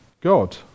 God